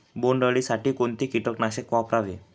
बोंडअळी साठी कोणते किटकनाशक वापरावे?